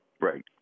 Right